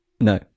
No